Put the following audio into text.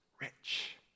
rich